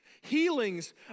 Healings